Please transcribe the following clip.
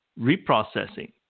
reprocessing